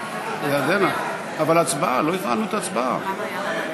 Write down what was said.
עבודה מועדפת למדריך בתחום החינוך הבלתי-פורמלי),